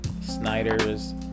Snyder's